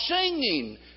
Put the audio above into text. singing